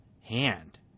hand